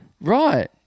Right